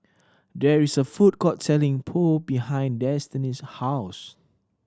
there is a food court selling Pho behind Destini's house